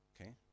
okay